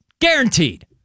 Guaranteed